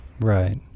Right